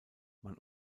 man